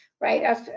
right